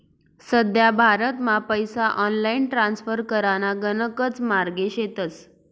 सध्या भारतमा पैसा ऑनलाईन ट्रान्स्फर कराना गणकच मार्गे शेतस